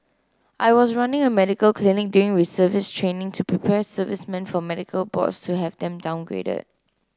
I was running a medical clinic during reservist training to prepare servicemen for medical boards to have them downgraded